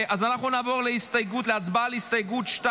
אנחנו נעבור להצבעה על הסתייגות 2,